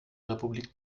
republik